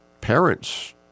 Parents